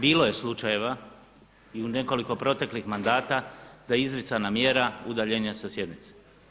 Bilo je slučajeva i u nekoliko proteklih mandata da je izricana mjera udaljenja sa sjednice.